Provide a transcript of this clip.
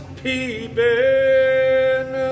peeping